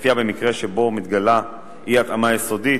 ולפיה במקרה שבו מתגלה אי-התאמה יסודית,